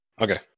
Okay